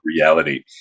Reality